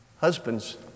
Husbands